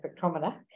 spectrometer